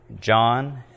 John